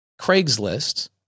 Craigslist